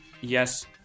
yes